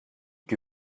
que